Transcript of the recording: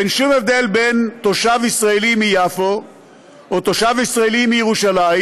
אין שום הבדל בין תושב ישראל מיפו או תושב ישראל מירושלים,